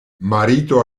marito